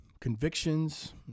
convictions